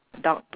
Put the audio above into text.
dark